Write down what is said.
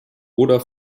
oder